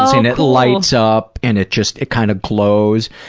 and it lights up and it just, it kind of glows,